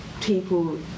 people